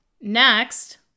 Next